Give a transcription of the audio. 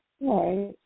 Right